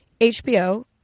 HBO